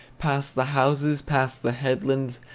past the houses, past the headlands,